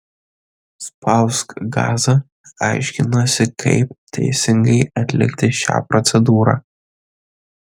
spausk gazą aiškinosi kaip teisingai atlikti šią procedūrą